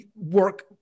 work